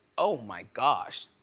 oh my gosh,